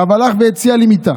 הרב הלך והציע לי מיטה.